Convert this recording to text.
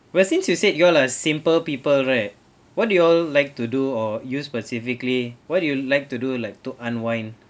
well since you said you all a simple people right what do you like to do or use specifically what do you like to do like to unwind